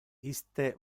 iste